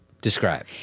describe